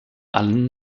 allen